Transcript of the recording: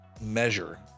measure